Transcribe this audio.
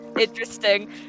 interesting